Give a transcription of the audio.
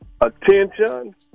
attention